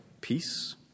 peace